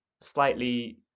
slightly